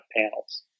panels